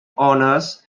honors